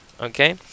Okay